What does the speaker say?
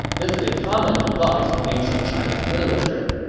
this is a common device in ancient chinese literature.